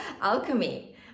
alchemy